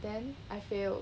then I failed